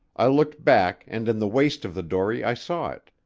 i looked back and in the waist of the dory i saw it,